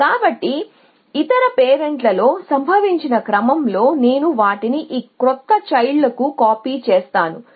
కాబట్టి ఇతర పేరెంట్లో సంభవించిన క్రమంలో నేను వాటిని ఈ క్రొత్త చైల్డ్ కు కాపీ చేస్తాను